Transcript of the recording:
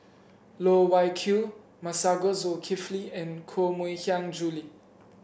Loh Wai Kiew Masagos Zulkifli and Koh Mui Hiang Julie